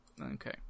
Okay